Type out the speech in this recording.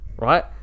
right